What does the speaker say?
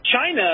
China